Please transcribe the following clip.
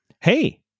Hey